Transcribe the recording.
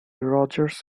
rodgers